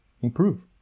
improve